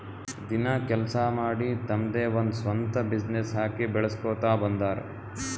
ದಿನ ಕೆಲ್ಸಾ ಮಾಡಿ ತಮ್ದೆ ಒಂದ್ ಸ್ವಂತ ಬಿಸಿನ್ನೆಸ್ ಹಾಕಿ ಬೆಳುಸ್ಕೋತಾ ಬಂದಾರ್